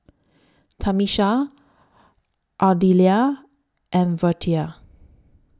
Tamisha Ardelia and Vertie